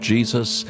Jesus